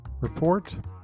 report